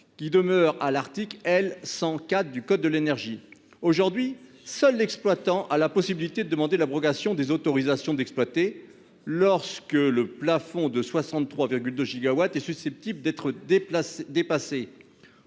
encore l'article L. 100-4 du code de l'énergie. Aujourd'hui, seul l'exploitant a la possibilité de demander l'abrogation des autorisations d'exploiter lorsque le plafond de 63,2 gigawatts est susceptible d'être dépassé.